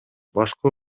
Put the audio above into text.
башкы